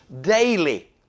daily